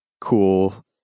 cool